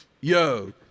yo